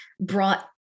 brought